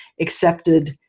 accepted